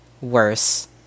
worse